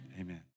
amen